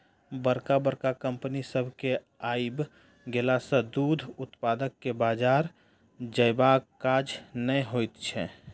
बड़का बड़का कम्पनी सभ के आइब गेला सॅ दूध उत्पादक के बाजार जयबाक काज नै होइत छै